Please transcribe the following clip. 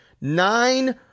nine